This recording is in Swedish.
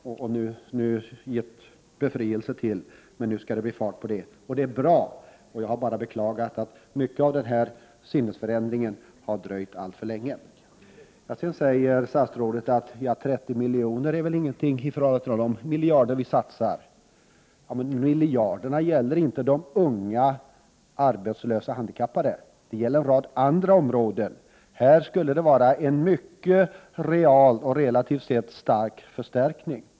Nu har han blivit befriad, och nu skall det bli fart. Det är bra. Det är bara att beklaga att denna sinnesförändring har dröjt alltför länge. Statsrådet sade att 30 milj.kr. ju inte är någonting jämfört med de miljarder som vi satsar. Men miljarderna gäller ju inte de unga, arbetslösa handikappade. Det gäller en rad andra områden. Här skulle det kunna bli en real och relativt sett kraftig förstärkning.